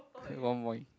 one point